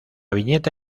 viñeta